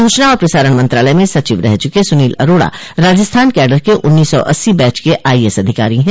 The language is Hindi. सूचना और प्रसारण मंत्रालय में सचिव रह चुके सुनील अरोड़ा राजस्थान कैडर के उन्नीस सौ अस्सी बैच के आईएएस अधिकारी हैं